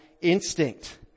instinct